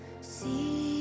See